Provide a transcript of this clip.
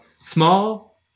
small